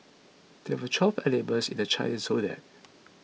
there are twelve animals in the Chinese zodiac